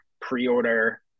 pre-order